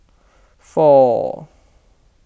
four